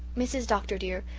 mrs. dr. dear,